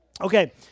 Okay